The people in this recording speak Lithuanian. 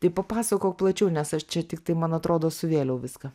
tai papasakok plačiau nes aš čia tiktai man atrodo suvėliau viską